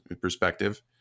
perspective